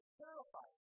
terrified